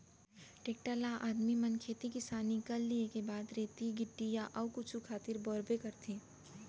tractor ल आदमी मन खेती किसानी कर लिये के बाद रेती गिट्टी या अउ कुछु खातिर बउरबे करथे